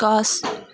গছ